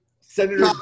senator